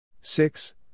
Six